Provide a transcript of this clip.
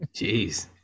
Jeez